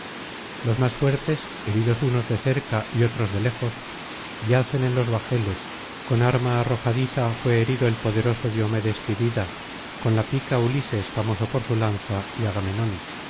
los más fuertes heridos unos de cerca y otros de lejos yacen en los bajeles con arma arrojadiza fué herido el poderoso diomedes tidida con la pica ulises famoso por su lanza y agamenón